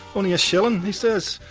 only a shilling? he says,